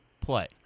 play